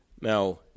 Now